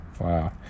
wow